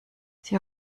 sie